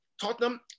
Tottenham